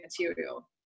material